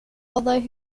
although